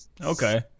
Okay